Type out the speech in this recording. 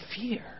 fear